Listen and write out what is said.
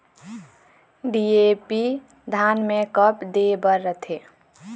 DAP धान मे कब दे बर रथे?